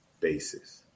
basis